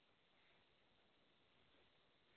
जितना हो सके उतना आप कर देना